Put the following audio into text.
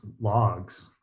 logs